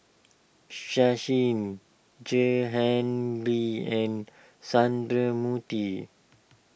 Sachin Jehangirr and Sundramoorthy